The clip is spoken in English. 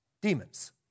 demons